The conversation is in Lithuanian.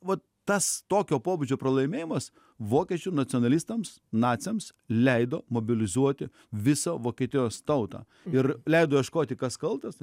vat tas tokio pobūdžio pralaimėjimas vokiečių nacionalistams naciams leido mobilizuoti visą vokietijos tautą ir leido ieškoti kas kaltas